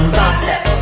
gossip